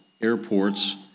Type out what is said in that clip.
airports